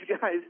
guys